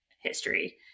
history